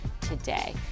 today